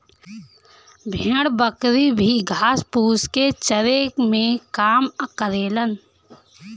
भेड़ बकरी भी घास फूस के चरे में काम करेलन